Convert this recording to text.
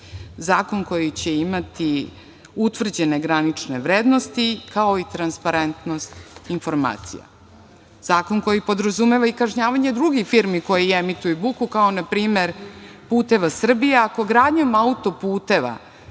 koji će imati utvrđene granične vrednosti, kao i transparentnost informacija, zakon koji podrazumeva i kažnjavanje drugih firmi koje emituju buku, kao npr. „Putevi Srbije“, ako gradnjom autoputeva